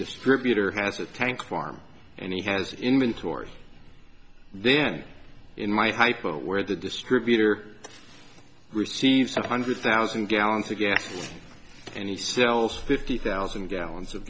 distributor has a tank farm and he has inventory then in my hypo where the distributor receives a hundred thousand gallons of gas and he sells fifty thousand gallons of